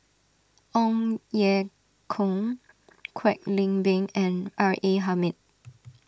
Ong Ye Kung Kwek Leng Beng and R A Hamid